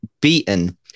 beaten